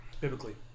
Biblically